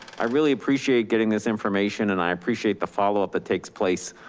i really appreciate getting this information and i appreciate the followup that takes place